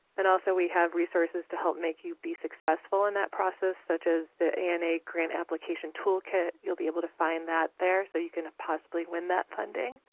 and also, we have resources to help make you be successful in that process, such as the ana grant application toolkit. you'll be able to find that there so you can possibly win that funding.